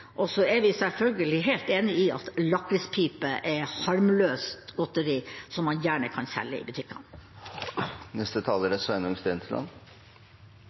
Så er vi selvfølgelig helt enig i at lakrispipe er harmløst godteri som man gjerne kan selge i butikkene.